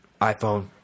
iPhone